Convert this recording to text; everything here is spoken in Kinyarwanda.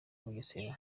bugesera